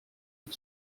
und